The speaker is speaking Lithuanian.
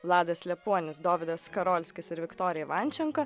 vladas liepuonius dovydas karolskis ir viktorija ivančenka